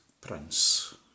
prince